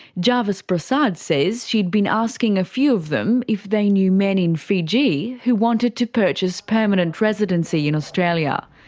jarvis prasad says she'd been asking a few of them if they knew men in fiji who wanted to purchase permanent residency in australia.